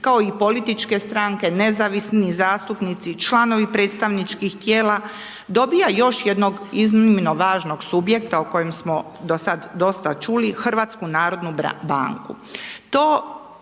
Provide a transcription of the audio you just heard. kao i političke stranke, nezavisni zastupnici, članovi predstavničkih tijela, dobiva još jednog iznimno važnog subjekta o kojem smo do sad dosta čuli, HNB. To predstavlja